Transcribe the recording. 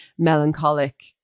Melancholic